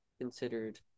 considered